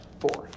four